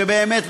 שבאמת,